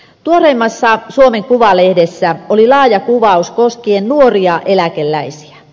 tuoreimmassa suomen kuvalehdessä oli laaja kuvaus koskien nuoria eläkeläisiä